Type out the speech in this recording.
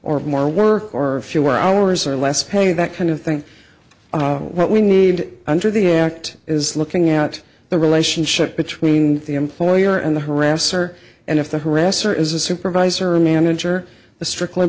or more work or fewer hours or less pay that kind of thing what we need under the act is looking at the relationship between the employer and the harasser and if the harasser is a supervisor or manager the stric